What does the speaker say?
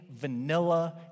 vanilla